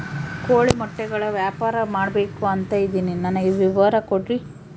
ಕೋಳಿ ಮೊಟ್ಟೆಗಳ ವ್ಯಾಪಾರ ಮಾಡ್ಬೇಕು ಅಂತ ಇದಿನಿ ನನಗೆ ವಿವರ ಕೊಡ್ರಿ?